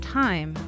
time